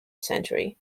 century